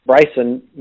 Bryson